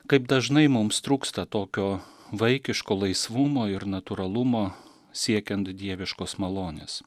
kaip dažnai mums trūksta tokio vaikiško laisvumo ir natūralumo siekiant dieviškos malonės